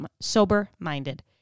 sober-minded